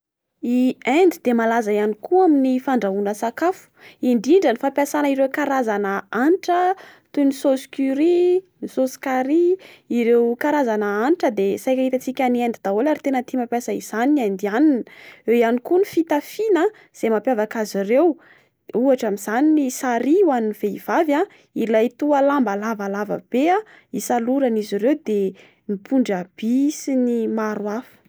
I Inde dia malaza ihany koa amin'ny fandrahoana sakafo, indrindra ireo fampiasana ireo karazana hanitra toy ny sauce curry, ny sauce carrie. Ireo karazana hanitra dia saika itantsika any Inde daholy ary tena tia mampiasa izany ny indiana. Eo ihany koa ny fitafiana izay mampiavaka azy ireo ohatra amin'izany ny sarï ho an'ny vehivavy, ilay toa lamba lavalava be isaloran'izy ireo. De ny pondrabia sy ny maro hafa.